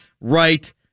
right